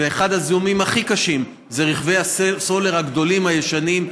ואחד הזיהומים הכי קשים זה רכבי הסולר הגדולים הישנים,